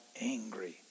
angry